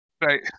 Right